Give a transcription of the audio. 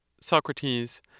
Socrates